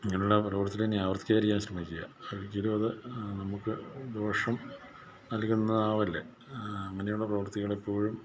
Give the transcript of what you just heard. ഇങ്ങനെയുള്ള പ്രവർത്തികൾ ഇനി ആവർത്തിക്കാതിരിക്കാൻ ശ്രമിക്കുക ഒരിക്കലും അത് നമുക്ക് ദോഷം നൽകുന്നതാവില്ല അങ്ങനെയുള്ള പ്രവർത്തികൾ എപ്പോഴും